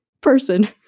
person